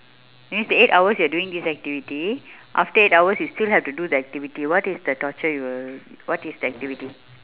means eight hours you are doing this activity after eight hours you still have to do the activity what is the torture you will what is the activity